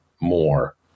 more